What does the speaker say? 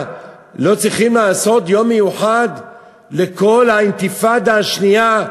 לא צריכים לעשות יום מיוחד לכל האינתיפאדה השנייה,